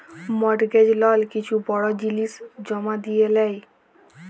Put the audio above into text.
mortgage লল কিছু বড় জিলিস জমা দিঁয়ে লেই